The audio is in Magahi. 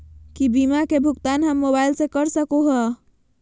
की बीमा के भुगतान हम मोबाइल से कर सको हियै?